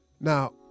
Now